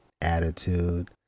attitude